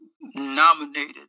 nominated